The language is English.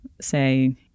say